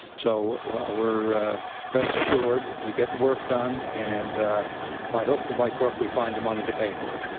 so we're rest assured we get the work done, and by hook or by crook we find the money to pay for it.